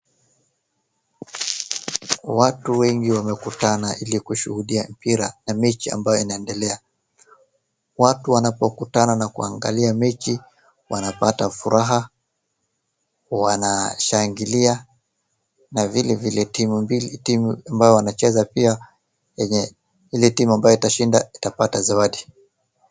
Watu wengi wamekutana ili kushuhudia mpira ya mechi ambayo inaendelea. watu wanapokutana na kuangalia mechi wanapata furaha, wanashangilia na vile vile timu mbili timu ambayo wancheza pia, ile timu ambayo itashuinda itapata zawadi.